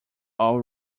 all